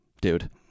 dude